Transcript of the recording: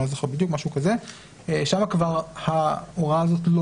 אני לא זוכר בדיוק שם כבר ההוראה הזאת לא